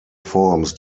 forms